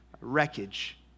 wreckage